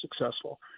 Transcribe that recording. successful